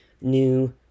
new